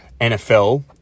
NFL